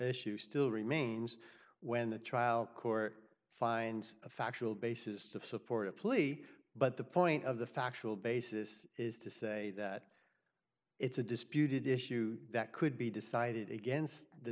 you still remains when the trial court finds a factual basis to support a plea but the point of the factual basis is to say that it's a disputed issue that could be decided against the